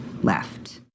left